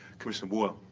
commissioner boyle.